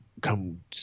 come